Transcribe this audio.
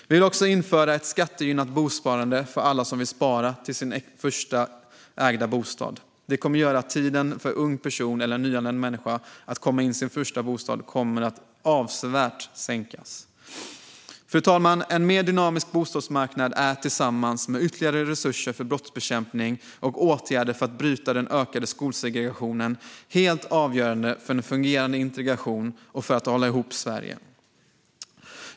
Vi vill också införa ett skattegynnat bosparande för alla som vill spara till sin första ägda bostad. Det kommer att göra att tiden för en ung person eller en nyanländ människa att komma in till sin första bostad minskas avsevärt. Fru talman! En mer dynamisk bostadsmarknad är tillsammans med ytterligare resurser för brottsbekämpning och åtgärder för att bryta den ökade skolsegregationen helt avgörande för en fungerande integration och för att hålla ihop Sverige.